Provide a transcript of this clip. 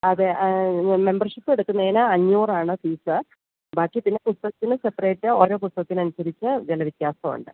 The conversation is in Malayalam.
അതെ മെമ്പർഷിപ്പ് എടുക്കുന്നതിന് അഞ്ഞൂറാണ് ഫീസ് ബാക്കി പിന്നെ പുസ്തകത്തിന് സെപ്പറേറ്റ് ഓരോ പുസ്തകത്തിന് അനുസരിച്ച് വില വിത്യാസമുണ്ട്